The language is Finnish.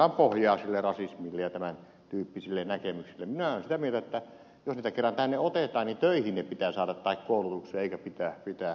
minä olen sitä mieltä että jos heitä kerran tänne otetaan niin töihin heidät pitää saada tai koulutukseen eikä pitää jouten